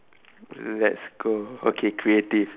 let's go okay creative